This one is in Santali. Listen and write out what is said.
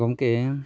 ᱜᱚᱝᱠᱮ